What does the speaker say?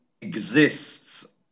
exists